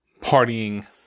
partying